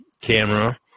camera